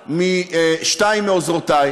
הגיעה משתיים מעוזרותי,